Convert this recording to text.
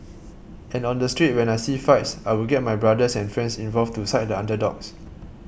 can on the street when I see fights I would get my brothers and friends involved to side the underdogs